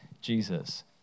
Jesus